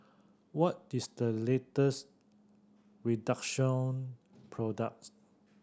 what is the latest Redoxon product